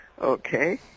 Okay